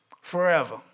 forever